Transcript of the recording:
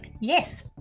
Yes